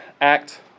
Act